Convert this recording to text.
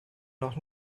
noch